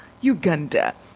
Uganda